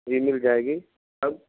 جی مل جائے گی کب